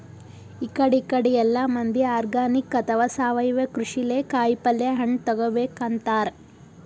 ಇಕಡಿ ಇಕಡಿ ಎಲ್ಲಾ ಮಂದಿ ಆರ್ಗಾನಿಕ್ ಅಥವಾ ಸಾವಯವ ಕೃಷಿಲೇ ಕಾಯಿಪಲ್ಯ ಹಣ್ಣ್ ತಗೋಬೇಕ್ ಅಂತಾರ್